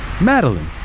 Madeline